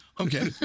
Okay